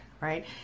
right